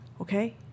Okay